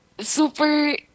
super